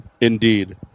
indeed